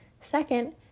Second